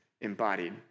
embodied